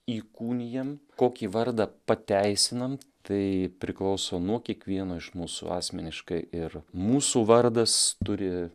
įkūnijam kokį vardą pateisinam tai priklauso nuo kiekvieno iš mūsų asmeniškai ir mūsų vardas turi